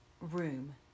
room